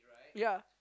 ya